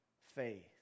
faith